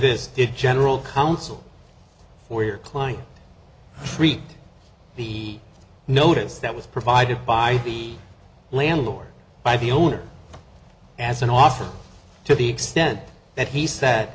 is general counsel for your client treat the notice that was provided by the landlord by the owner as an offer to the extent that he said